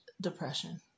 depression